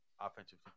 offensive